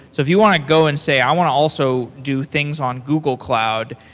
so if you want to go and say, i want to also do things on google cloud.